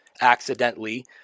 accidentally